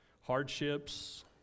Hardships